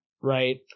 right